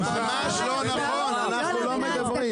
אנחנו דיברנו פה,